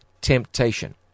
temptation